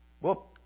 whoop